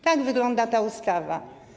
Tak wygląda ta ustawa.